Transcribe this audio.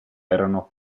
erano